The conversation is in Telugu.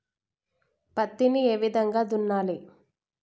పత్తిని ఏ విధంగా దున్నాలి?